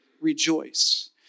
rejoice